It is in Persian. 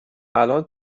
الان